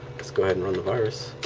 let's go ahead and run the virus